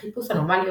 חיפוש אנומליות,